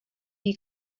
you